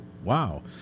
wow